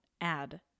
add